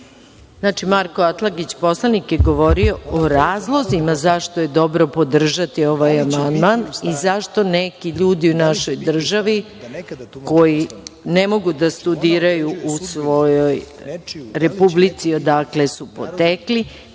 Marko Atlagić, poslanik, je govorio o razlozima zašto je dobro podržati ovaj amandman i zašto neki ljudi u našoj državi koji ne mogu da studiraju u svojoj republici odakle su potekli